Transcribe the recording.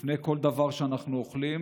לפני כל דבר שאנחנו אוכלים,